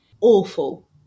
awful